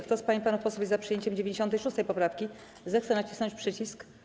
Kto z pań i panów posłów jest za przyjęciem 96. poprawki, zechce nacisnąć przycisk.